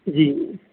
ਜੀ